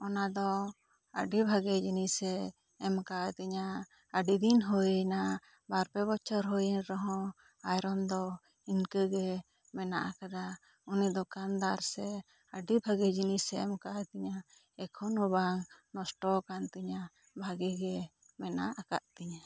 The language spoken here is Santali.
ᱟᱫᱚ ᱚᱱᱟ ᱫᱚ ᱟᱹᱰᱤ ᱵᱷᱟᱜᱮ ᱡᱤᱱᱤᱥ ᱮ ᱮᱢ ᱠᱟᱣᱫᱤᱧᱟᱹ ᱟᱹᱰᱤ ᱫᱤᱱ ᱦᱩᱭ ᱮᱱᱟ ᱵᱟᱨ ᱯᱮ ᱵᱚᱪᱷᱚᱨ ᱦᱩᱭ ᱮᱱ ᱨᱮᱦᱚᱸ ᱟᱭᱨᱚᱱ ᱫᱚ ᱤᱱᱠᱟᱹ ᱜᱮ ᱢᱮᱱᱟᱜ ᱟᱠᱟᱫᱟ ᱩᱱᱤ ᱫᱚᱠᱟᱱᱫᱟᱨ ᱥᱮ ᱟᱹᱰᱤ ᱵᱷᱟᱜᱮ ᱡᱤᱱᱤᱥ ᱮ ᱮᱢ ᱠᱟᱹᱣᱫᱤᱧᱟ ᱮᱠᱷᱚᱱ ᱦᱚᱸ ᱵᱟᱝ ᱱᱚᱥᱴᱚᱣᱟᱠᱟᱱ ᱛᱤᱧᱟᱹ ᱵᱷᱟᱜᱮ ᱜᱮ ᱢᱮᱱᱟᱜ ᱟᱠᱟᱫ ᱛᱤᱧᱟᱹ